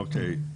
אוקיי.